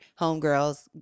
homegirls